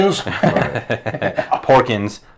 Porkins